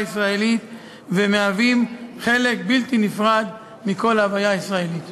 הישראלית והם מהווים חלק בלתי נפרד מכל ההוויה הישראלית.